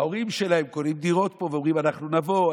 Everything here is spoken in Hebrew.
ההורים שלהם קונים דירות פה ואומרים: אנחנו נבוא,